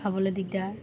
খাবলৈ দিগদাৰ